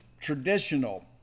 traditional